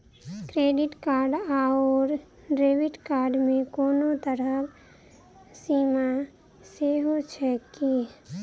Credit card आओर debit card मे कोनो तरहक सीमा सेहो छैक की?